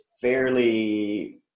fairly